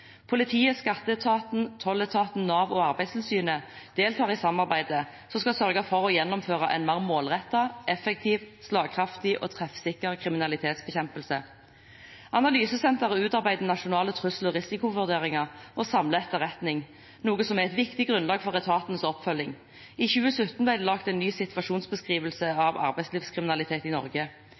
Politiet, skatteetaten, tolletaten, Nav og Arbeidstilsynet deltar i samarbeidet, som skal sørge for å gjennomføre en mer målrettet, effektiv, slagkraftig og treffsikker kriminalitetsbekjempelse. Analysesenteret utarbeider nasjonale trussel- og risikovurderinger og samler etterretning, noe som er et viktig grunnlag for etatenes oppfølging. I 2017 ble det laget en ny situasjonsbeskrivelse av arbeidslivskriminalitet i Norge.